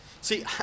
See